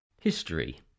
History